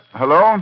hello